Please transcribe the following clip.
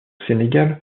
sénégal